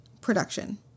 production